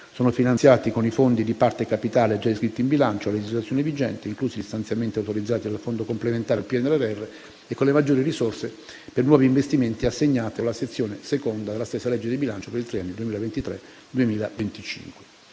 sono finanziati con i fondi di parte capitale già iscritti in bilancio a legislazione vigente, inclusi gli stanziamenti autorizzati dal Fondo complementare al PNRR, e con le maggiori risorse per nuovi investimenti assegnate con la Sezione II della stessa legge di bilancio per il triennio 2023-2025.